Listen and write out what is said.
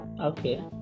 Okay